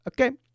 okay